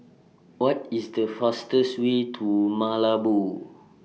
What IS The fastest Way to Malabo